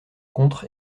contre